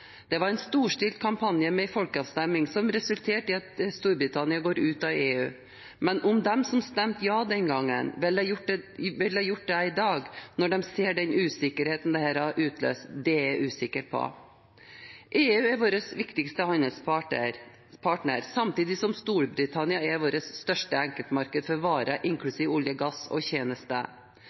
Det var en storstilt kampanje med en folkeavstemning som resulterte i at Storbritannia går ut av EU, men om de som stemte ja den gangen, ville gjort det i dag, når de ser den usikkerheten det har utløst, er jeg usikker på. EU er vår viktigste handelspartner, samtidig som Storbritannia er vårt største enkeltmarked for varer, inklusiv olje og gass og tjenester.